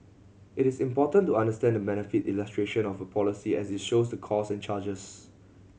it is important to understand the benefit illustration of a policy as it shows the cost and charges